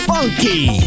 Funky